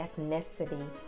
ethnicity